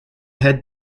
head